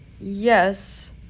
yes